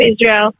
Israel